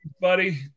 buddy